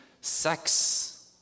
sex